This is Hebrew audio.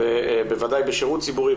בוודאי בשירות ציבורי,